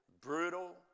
brutal